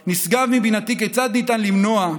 כחצי מהם הוצאו לחל"ת,